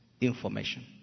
information